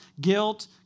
guilt